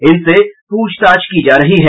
जिनसे पूछताछ की जा रही है